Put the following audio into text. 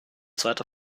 zweiter